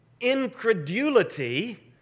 incredulity